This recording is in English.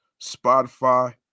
Spotify